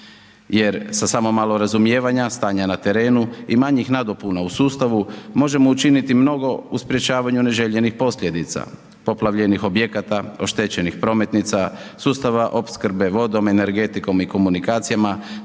jer sa samo malo razumijevanja, stanja na terenu i manjih nadopuna u sustavu, možemo učiniti mnogo u sprječavanju neželjenih posljedica, poplavljenih objekata, oštećenih prometnica, sustava opskrbe vodom, energetikom i komunikacijama